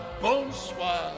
bonsoir